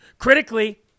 Critically